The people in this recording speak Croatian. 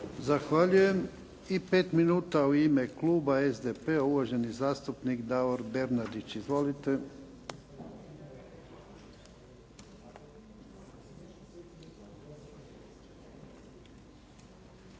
Zahvaljujem. I pet minuta u ime kluba SDP-a, uvaženi zastupnik Davor Bernardić. Izvolite.